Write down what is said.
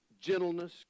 gentleness